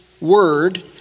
word